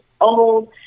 old